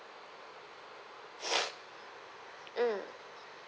mm